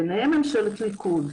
בניהן ממשלת ליכוד,